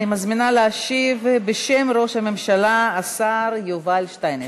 אני מזמינה להשיב בשם ראש הממשלה את השר יובל שטייניץ.